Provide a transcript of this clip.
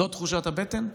זו תחושת הבטן?